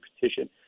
petition